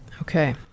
Okay